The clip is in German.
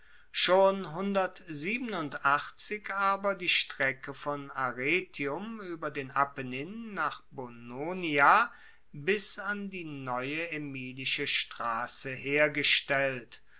schon aber die strecke von arretium ueber den apennin nach bononia bis an die neue aemilische strasse hergestellt